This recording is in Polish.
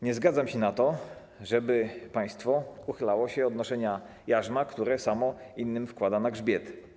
Nie zgadzam się na to, żeby państwo uchylało się od noszenia jarzma, które samo innym wkłada na grzbiet.